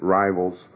rivals